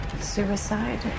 Suicide